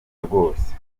rwose